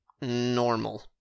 normal